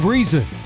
Reason